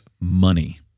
money